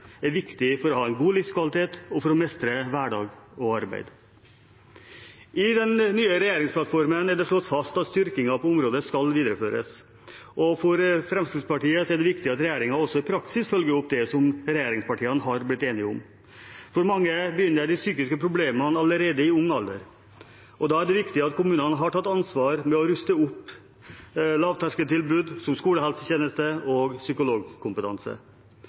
er viktig for å ha en god livskvalitet og for å mestre hverdag og arbeid. I den nye regjeringsplattformen er det slått fast at styrkingen på området skal videreføres. For Fremskrittspartiet er det viktig at regjeringen også i praksis følger opp det som regjeringspartiene er blitt enige om. For mange begynner de psykiske problemene allerede i ung alder. Da er det viktig at kommunene har tatt ansvar ved å ruste opp lavterskeltilbud som skolehelsetjeneste og psykologkompetanse.